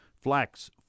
Flax